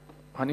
אדוני,